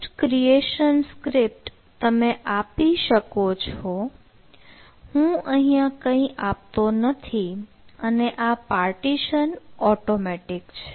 post creation script તમે આપી શકો હું અહીંયા કંઈ આપતો નથી અને આ પાર્ટીશન ઓટોમેટીક છે